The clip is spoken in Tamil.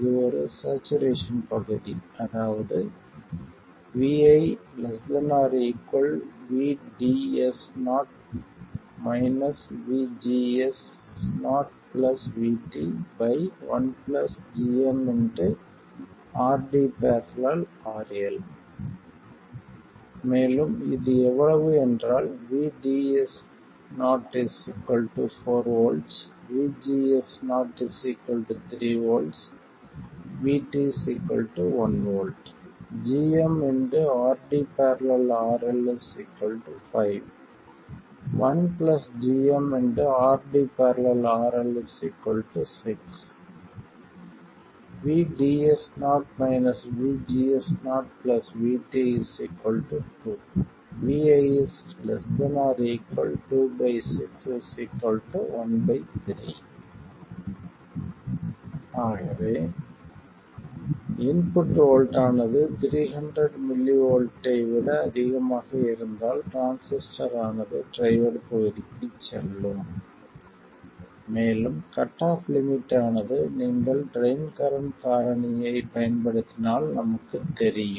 இது ஒரு ஸ்சேச்சுரேசன் பகுதி அதாவது vi ≤ VDS0 VGS0 VT 1 gm RD ║ RL மேலும் இது எவ்வளவு என்றால் VDS0 4 volts VGS0 3 volts VT 1 volt gm RD ║ RL 5 1 gm RD ║ RL 6 VDS0 VGS0 VT 2 vi ≤ 2 6 13 ஆகவே இன்புட் வோல்ட் ஆனது 300 மில்லி வோல்ட் டை விட அதிகமாக இருந்தால் ட்ரான்ஸிஸ்டர் ஆனது ட்ரையோட் பகுதிக்குச் செல்லும் மேலும் கட் ஆஃப் லிமிட் ஆனது நீங்கள் ட்ரைன் கரண்ட் காரணியை பயன்படுத்தினால் நமக்குத் தெரியும்